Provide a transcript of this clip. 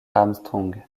armstrong